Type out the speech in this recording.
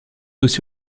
aussi